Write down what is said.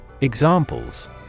Examples